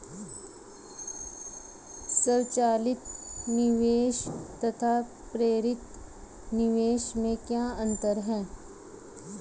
स्वचालित निवेश तथा प्रेरित निवेश में क्या अंतर है?